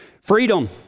Freedom